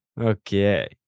Okay